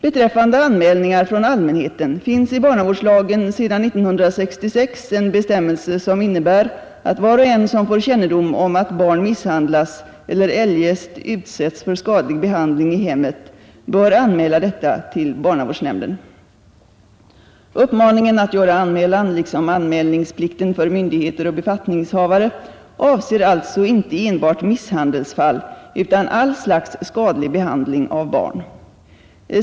Beträffande anmälningar från allmänheten finns i barnavårdslagen sedan 1966 en bestämmelse som innebär att var och en som får kännedom om att barn misshandlas eller eljest utsätts för skadlig behandling i hemmet bör anmäla detta till barnavårdsnämnden. Uppmaningen att göra anmälan, liksom anmälningsplikten för myndigheter och befattningshavare, avser alltså inte enbart misshandelsfall utan all slags skadlig behandling av barn.